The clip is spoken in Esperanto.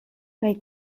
kaj